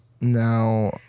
Now